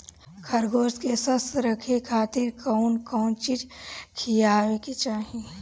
खरगोश के स्वस्थ रखे खातिर कउन कउन चिज खिआवे के चाही?